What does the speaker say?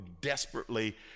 desperately